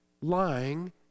lying